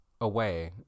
away